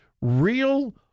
real